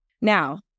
Now